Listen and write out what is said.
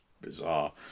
bizarre